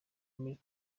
milles